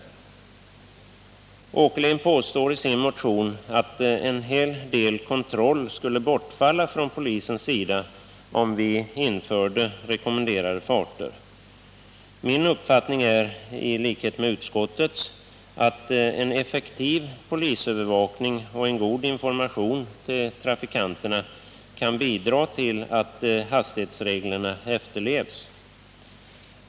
Allan Åkerlind påstår i sin motion att en hel del kontroll skulle bortfalla från polisens sida om vi införde rekommenderade farter. Min uppfattning är — i likhet med utskottets — att en effektiv polisövervakning och en god information till trafikanterna kan bidra till att hastighetsreglerna efterlevs.